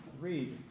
read